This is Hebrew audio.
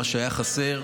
מה שהיה חסר,